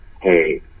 hey